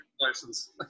license